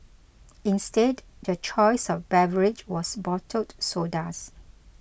instead their choice of beverage was bottled sodas